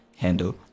handle